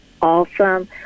awesome